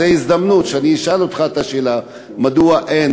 זו הזדמנות שאני אשאל אותך את השאלה מדוע אין